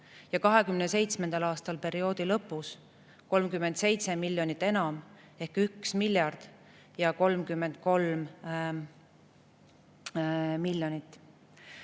ja 2027. aastal, perioodi lõpus 37 miljonit enam ehk 1 miljard ja 33 miljonit.